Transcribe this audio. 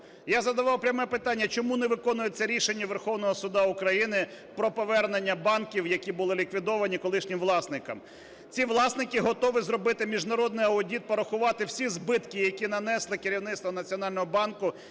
Я задавав пряме питання: чому не виконується рішення Верховного Суду України про повернення банків, які були ліквідовані, колишнім власникам? Ці власники готові зробити міжнародний аудит, порахувати всі збитки, які нанесли керівництво Національного банку